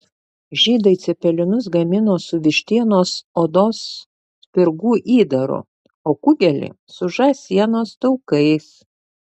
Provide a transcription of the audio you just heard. žydai cepelinus gamino su vištienos odos spirgų įdaru o kugelį su žąsienos taukais